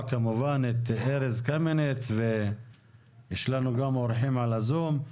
כמובן את ארז קמיניץ ויש לנו גם אורחים על הזום,